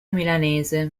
milanese